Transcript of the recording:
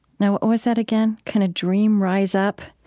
yeah what was that again? can a dream rise up?